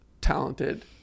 talented